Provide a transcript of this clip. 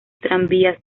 tranvías